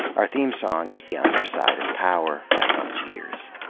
our theme song is the underside of power by algiers.